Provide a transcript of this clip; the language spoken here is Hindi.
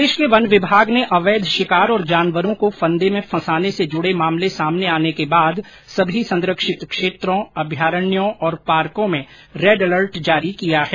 प्रदेश के वन विभाग ने अवैध शिकार और जानवरों को फंदे में फंसाने से जुड़े मामले सामने आने के बाद सभी संरक्षित क्षेत्रों अभयारण्यों और पार्को में रेड अलर्ट जारी किया है